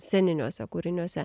sceniniuose kūriniuose